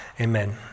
Amen